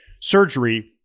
surgery